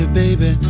baby